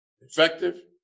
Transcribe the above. effective